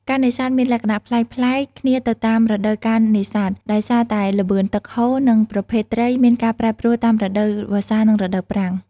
ការនេសាទមានលក្ខណៈប្លែកៗគ្នាទៅតាម រដូវកាលនេសាទ ដោយសារតែល្បឿនទឹកហូរនិងប្រភេទត្រីមានការប្រែប្រួលតាមរដូវវស្សានិងរដូវប្រាំង។